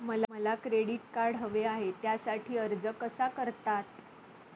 मला credit card हवे आहे त्यासाठी अर्ज कसा करतात?